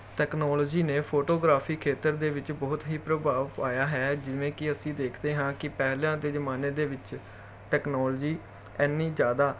technology ਨੇ photography ਖੇਤਰ ਦੇ ਵਿੱਚ ਬਹੁਤ ਹੀ ਪ੍ਰਭਾਵ ਪਾਇਆ ਹੈ ਜਿਵੇਂ ਕਿ ਅਸੀਂ ਦੇਖਦੇ ਹਾਂ ਕਿ ਪਹਿਲਾਂ ਦੇ ਜ਼ਮਾਨੇ ਦੇ ਵਿੱਚ ਟੈਕਨੋਲਜੀ ਇੰਨੀ ਜ਼ਿਆਦਾ